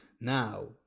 now